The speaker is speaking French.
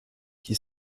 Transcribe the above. qui